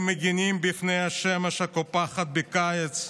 הם מגינים מפני השמש הקופחת בקיץ,